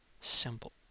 Simple